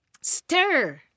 stir